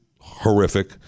Horrific